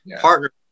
partner